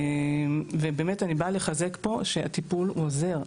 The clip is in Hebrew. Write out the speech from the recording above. אני באה לחזק את הטענה שהטיפול עוזר.